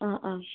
അ അ